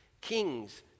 Kings